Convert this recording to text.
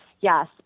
yes